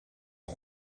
dan